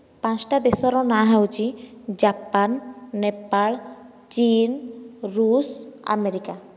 ପାଞ୍ଚ ଟା ଦେଶର ନାଁ ହେଉଛି ଜାପାନ ନେପାଳ ଚୀନ ଋଷ ଆମେରିକା